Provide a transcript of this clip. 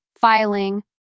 filing